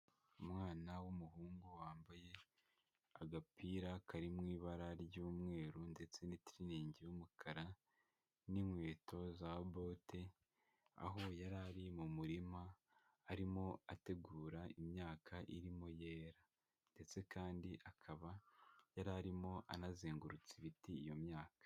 Umwana w'umuhungu wambaye agapira kari mu ibara ry'umweru, ndetse n'itiriningi y'umukara n'inkweto za bote, aho yari ari mu murima arimo ategura imyaka irimo yera ndetse kandi akaba yari arimo anazengurutsa ibiti iyo myaka.